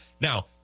Now